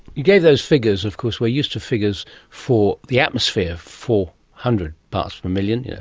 you gave those figures, of course we are used to figures for the atmosphere, four hundred parts per million, yeah